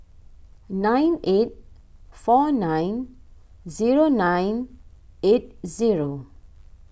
nine eight four nine zero nine eight zero